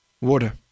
Water